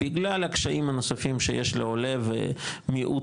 בגלל הקשיים הנוספים שיש לעולה ולמיעוט